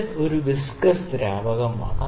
ഇത് ഒരു വിസ്കസ് ദ്രാവകമാണ്